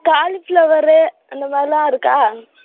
cauliflower அந்த மாதிரிலாம் இருக்கா